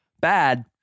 bad